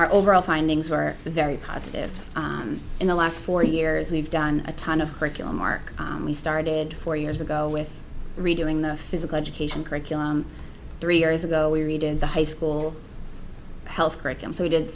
our overall findings were very positive in the last four years we've done a ton of curriculum mark we started four years ago with redoing the physical education curriculum three years ago we redid the high school health curriculum so we did